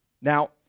Now